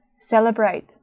celebrate